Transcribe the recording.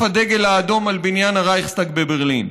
הדגל האדום על בניין הרייכסטאג בברלין.